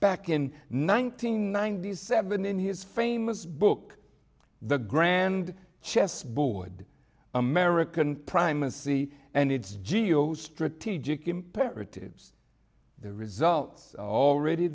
back in nineteen ninety seven in his famous book the grand chessboard american primacy and its geo strategic imperatives the result already